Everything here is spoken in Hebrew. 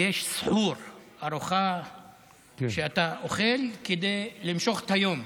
יש סחור, ארוחה שאתה אוכל כדי למשוך את היום.